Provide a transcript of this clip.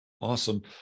Awesome